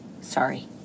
Sorry